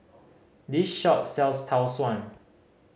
this shop sells Tau Suan